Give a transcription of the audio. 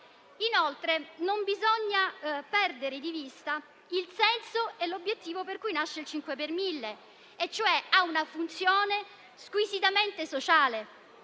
Inoltre non bisogna perdere di vista il senso e l'obiettivo per cui nasce il 5 per mille: esso ha infatti una funzione squisitamente sociale,